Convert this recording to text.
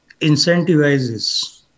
incentivizes